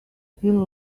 feel